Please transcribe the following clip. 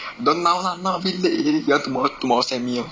don't now lah now a bit later already you all tomorrow tomorrow send me